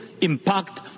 impact